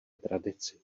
tradici